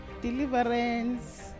deliverance